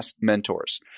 mentors